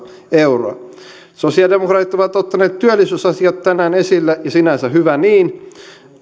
euroa sosialidemokraatit ovat ottaneet työllisyysasiat tänään esille ja sinänsä hyvä niin